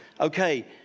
okay